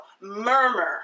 murmur